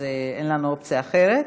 אז אין לנו אופציה אחרת.